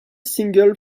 single